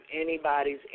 anybody's